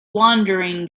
wandering